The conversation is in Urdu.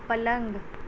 پلنگ